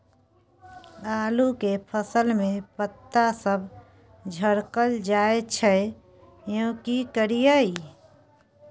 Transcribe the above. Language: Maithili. आलू के फसल में पता सब झरकल जाय छै यो की करियैई?